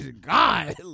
god